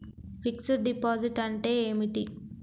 Fix డ్ deposit అంటే ఏమిటి?